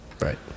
Right